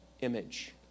image